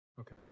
Okay